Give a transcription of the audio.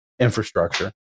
infrastructure